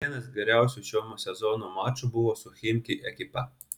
vienas geriausių šio sezono mačų buvo su chimki ekipa